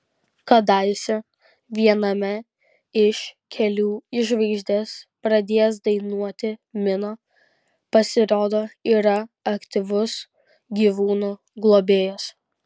kadaise viename iš kelių į žvaigždes pradėjęs dainuoti mino pasirodo yra aktyvus gyvūnų globėjas